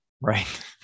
Right